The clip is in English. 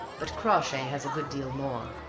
but crawshay has a good deal more.